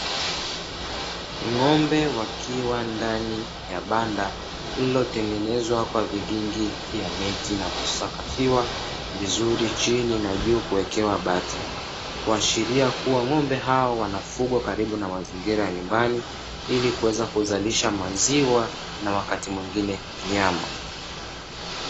Ng'ombe wakiwa ndani ya banda lililotengenezwa kwa vigingi vya miti na kusakafiwa vizuri chini na juu kuwekewa bati, kuashiria kuwa ng'ombe hao wanafugwa karibu na mazingira ya nyumbani ili kuweza kuzalisha maziwa na wakati mwingine nyama.